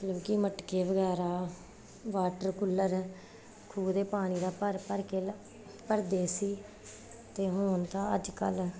ਕਿ ਮਟਕੇ ਵਗੈਰਾ ਵਾਟਰ ਕੂਲਰ ਖੂਹ ਦੇ ਪਾਣੀ ਦਾ ਭਰ ਭਰ ਕੇ ਭਰਦੇ ਸੀ ਅਤੇ ਹੁਣ ਤਾਂ ਅੱਜ ਕੱਲ੍ਹ